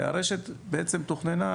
והרשת תוכננה,